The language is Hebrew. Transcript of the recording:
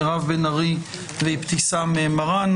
מירב בן ארי ואבתיסאם מראענה.